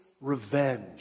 revenge